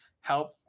help